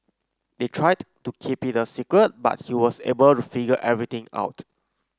they tried to keep it a secret but he was able to figure everything out